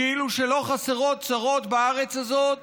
כאילו לא חסרות צרות בארץ הזאת